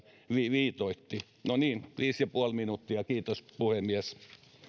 viitoitti no niin viisi ja puoli minuuttia kiitos puhemies nimi